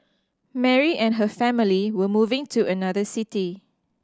Mary and her family were moving to another city